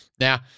Now